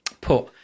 put